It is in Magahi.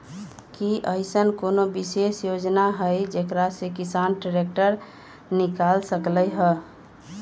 कि अईसन कोनो विशेष योजना हई जेकरा से किसान ट्रैक्टर निकाल सकलई ह?